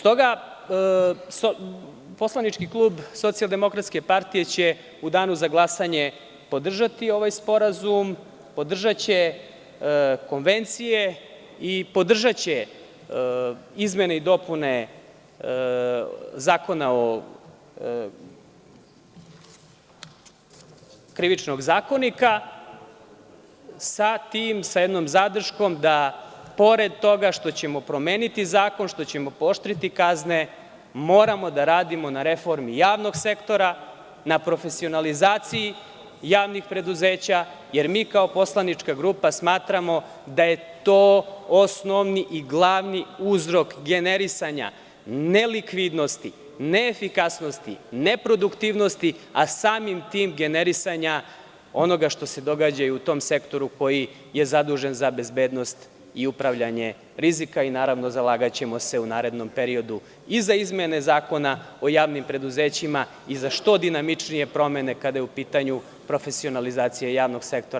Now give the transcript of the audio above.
Poslanički klub SDPS će u danu za glasanje podržati ovaj sporazum, podržaće konvencije i podržaće izmene i dopune Krivičnog zakonika, sa zadrškom da pored toga što ćemo promeniti zakon, što ćemo pooštriti kazne moramo da radimo na reformi javnog sektora, na profesionalizaciji javnih preduzeća, jer mi kao poslanička grupa smatramo da je to osnovni i glavni uzrok generisanja nelikvidnosti, neefikasnosti, neproduktivnosti, a samim tim generisanja onoga što se događa i u tom sektoru koji je zadužen za bezbednost i upravljanje rizika i zalagaćemo se u narednom periodu i za izmene Zakona o javnim preduzećima i za što dinamičnije promene kada je u pitanju profesionalizacija javnog sektora.